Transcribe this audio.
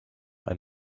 ein